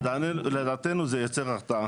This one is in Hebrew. ולדעתנו זה ייצר הרתעה.